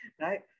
right